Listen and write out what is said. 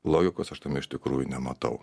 logikos aš tame iš tikrųjų nematau